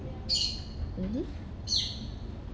mmhmm